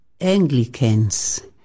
Anglicans